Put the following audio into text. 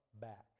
back